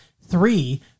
three